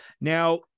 Now